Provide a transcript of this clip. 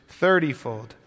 thirtyfold